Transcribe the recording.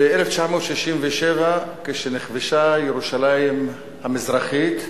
ב-1967, כשנכבשה ירושלים המזרחית,